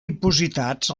dipositats